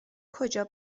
کجا